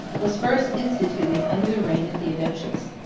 was first instituted under the reign of theodosius.